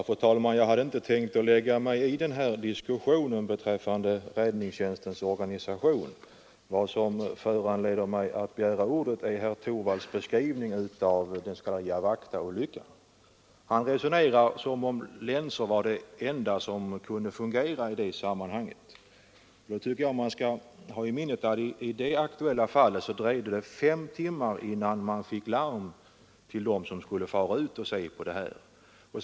Fru talman! Jag hade inte tänkt lägga mig i den här diskussionen beträffande räddningstjänstens organisation. Vad som föranledde mig att begära ordet var herr Torwalds beskrivning av Jawachtaolyckan. Han resonerar som om länsor var det enda som kunde fungera i sammanhanget. Då tycker jag att vi skall ha i minnet att i det aktuella fallet dröjde det fem timmar innan man fick larm till dem som skulle fara ut och se på det inträffade.